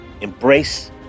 Embrace